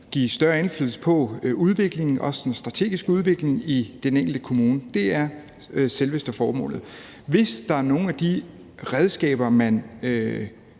større indflydelse på udviklingen, også den strategiske udvikling, i den enkelte kommune. Det er selveste formålet. Hvis det her lovforslag